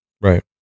Right